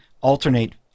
alternate